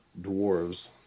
dwarves